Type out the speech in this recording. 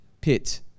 pit